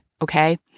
Okay